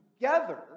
together